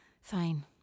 Fine